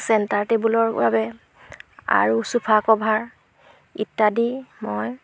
centre টেবুলৰ বাবে আৰু চোফা কভাৰ ইত্যাদি মই